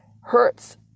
hurts